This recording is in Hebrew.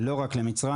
ולא רק למצרים.